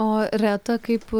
o reta kaip